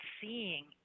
seeing